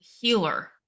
healer